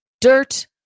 dirt